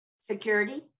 security